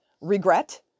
regret